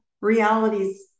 realities